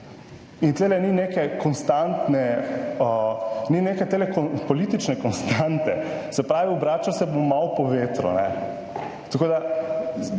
In tule ni neke konstantne, ni neke telekom…, politične konstante, se pravi, obračal se bom malo po vetru, ne. Tako da